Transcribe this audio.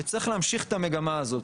וצריך להמשיך את המגמה הזאתי.